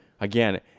Again